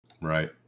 Right